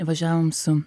važiavom su